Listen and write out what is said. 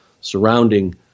surrounding